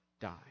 die